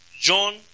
John